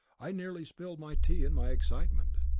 i nearly spilled my tea in my excitement.